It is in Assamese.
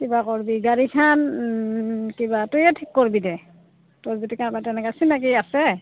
কিবা কৰবি গাড়ীখন কিবা তই ঠিক কৰবি দে তই যদি কাৰবাৰ তেনেকা চিনাকি আছে